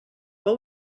what